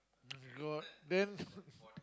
got then